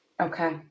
Okay